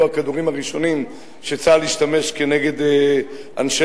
הכדורים הראשונים שצה"ל השתמש בהם כנגד אנשי